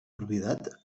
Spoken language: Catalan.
propietat